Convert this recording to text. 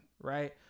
right